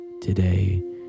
today